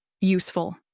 Useful